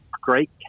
great